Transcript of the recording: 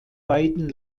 beiden